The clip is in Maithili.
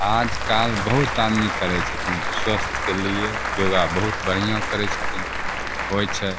आजकल बहुत आदमी करै छथिन स्वस्थके लिए योगा बहुत बढ़िऑं करै छथिन होइ छै